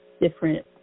different